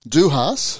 Duhas